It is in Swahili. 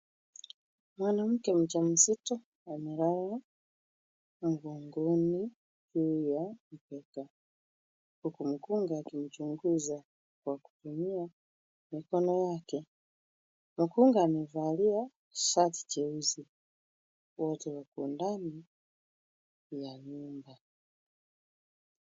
Mwanamke mjazito amelala mlangoni juu ya mkeka, huku mkunga akimchunguza kwa kutumia mikono yake, mkunga amevalia shati jeusi. Wote wako ndani ya nyumba.